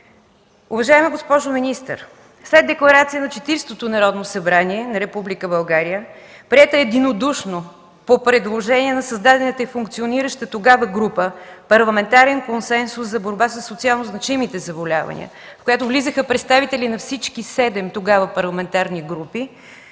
Уважаема госпожо министър, след декларация на Четиридесетото Народно събрание на Република България, приета единодушно по предложение на създадената и функционираща тогава група „Парламентарен консенсус за борба със социално значимите заболявания”, в която влизаха представители на всички – тогава седем, парламентарни групи,